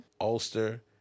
Ulster